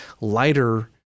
lighter